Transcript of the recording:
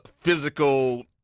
physical